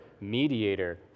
mediator